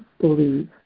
believe